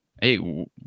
hey